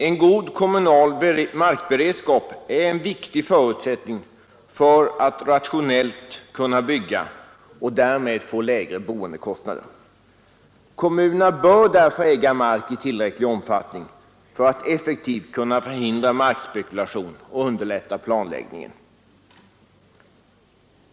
En god kommunal markberedskap är en viktig förutsättning för att rationellt kunna bygga och därmed få lägre boendekostnader. Kommunerna bör därför äga mark i tillräcklig omfattning för att effektivt kunna förhindra markspekulation och underlätta planläggning.